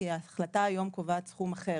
כי ההחלטה היום קובעת סכום אחר.